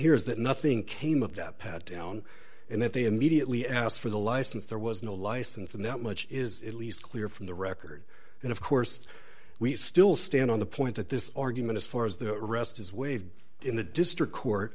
here is that nothing came of that pat down and that they immediately asked for the license there was no license and that much is at least clear from the record and of course we still stand on the point that this argument as far as the arrest is waived in the district court